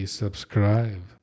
subscribe